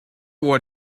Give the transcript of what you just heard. what